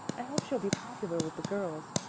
i hope she'll be popular with the girls.